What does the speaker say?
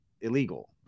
illegal